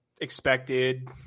expected